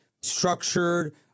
structured